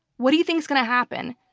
what do you think is going to happen?